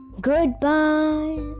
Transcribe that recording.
goodbye